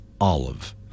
olive